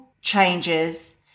changes